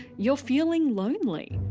you're feeling lonely.